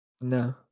No